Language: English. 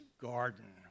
garden